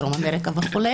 דרום אמריקה וכו',